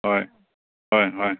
ꯍꯣꯏ ꯍꯣꯏ ꯍꯣꯏ